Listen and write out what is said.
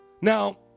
Now